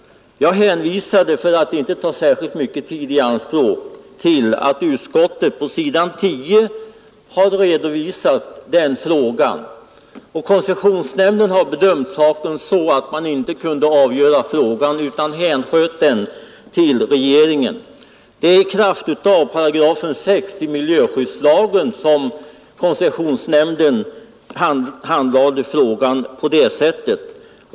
För att inte ta för mycket tid i anspråk hänvisar jag till att utskottet på s. 10 har redovisat vad som här förekommit. Koncessionsnämnden ansåg sig inte kunna avgöra frågan utan hänsköt den till regeringen. Det gjorde den i kraft av 68 miljöskyddslagen.